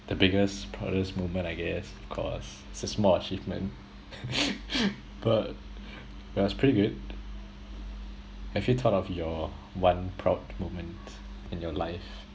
the biggest proudest moment I guess of course it's a small achievement but it was pretty good have you thought of your one proud moment in your life